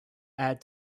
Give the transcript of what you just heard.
add